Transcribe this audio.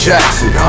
Jackson